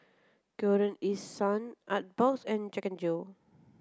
Golden East Sun Artbox and Jack Jill